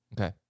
Okay